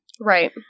Right